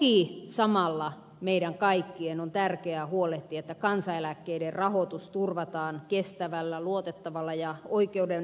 toki samalla meidän kaikkien on tärkeää huolehtia että kansaneläkkeiden rahoitus turvataan kestävällä luotettavalla ja oikeudenmukaisella tavalla